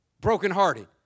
Brokenhearted